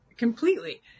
Completely